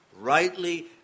Rightly